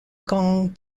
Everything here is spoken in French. gang